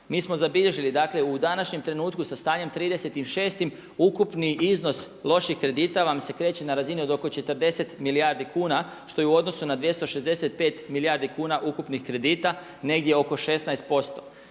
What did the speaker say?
Mi smo zabilježili, dakle u današnjem trenutku sa stanjem 30.6. ukupni iznos loših kredita vam se kreće na razini od oko 40 milijardi kuna što je u odnosu na 265 milijardi kuna ukupnih kredita negdje oko 16%.